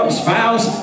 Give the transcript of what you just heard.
spouse